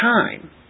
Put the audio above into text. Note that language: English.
time